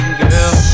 girl